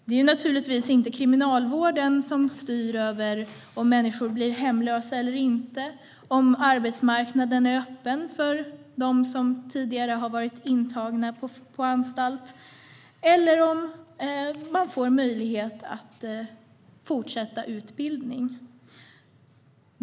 Det är naturligtvis inte Kriminalvården som styr över om människor blir hemlösa eller inte, över om arbetsmarknaden är öppen för dem som tidigare varit intagna på anstalt eller över om det finns möjlighet att fortsätta en utbildning.